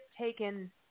taken